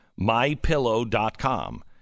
Mypillow.com